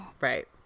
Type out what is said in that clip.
Right